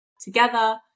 together